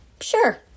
Sure